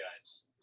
guys